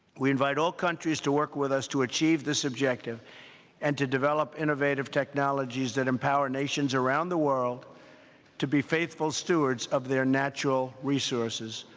we invite all countries to work with us to achieve this objective and to develop innovative technologies that empower nations around the world to be faithful stewards of their natural resources,